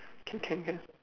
okay can can